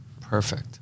Perfect